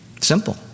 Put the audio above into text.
Simple